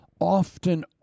often